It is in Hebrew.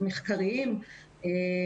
מחקריים.